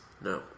No